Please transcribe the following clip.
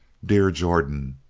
dear jordan,